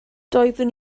doeddwn